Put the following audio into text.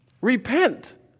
Repent